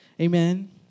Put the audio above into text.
Amen